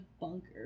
bunker